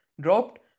dropped